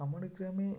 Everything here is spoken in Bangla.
আমার গ্রামে